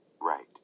Right